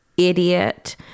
idiot